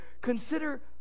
Consider